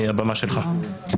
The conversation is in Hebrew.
הבמה שלך.